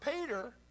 Peter